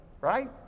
right